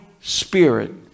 spirit